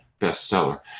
bestseller